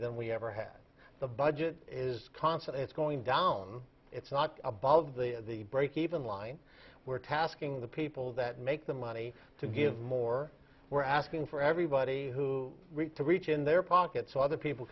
than we ever had the budget is constant it's going down it's not above the the breakeven line we're tasking the people that make the money to give more we're asking for everybody who read to reach in their pocket so other people